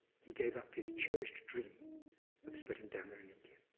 he gave up his cherished dream of spreading dhamma in india.